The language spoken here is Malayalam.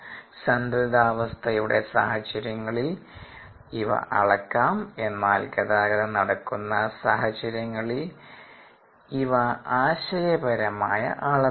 സന്തുലിതാവസ്ഥയുടെ സാഹചര്യങ്ങളിൽ ഇവ അളക്കാം എന്നാൽ ഗതാഗതം നടക്കുന്ന സാഹചര്യങ്ങളിൽ ഇവ ആശയപരമായാണ് അളവുകളാണ്